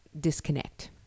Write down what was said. disconnect